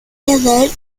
cannelle